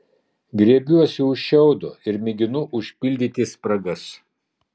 griebiuosi už šiaudo ir mėginu užpildyti spragas